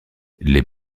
les